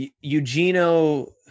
Eugenio